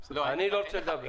אני לא רוצה לדבר.